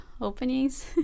openings